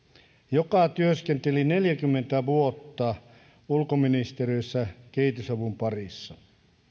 joka työskenteli neljäkymmentä vuotta ulkoministeriössä kehitysavun parissa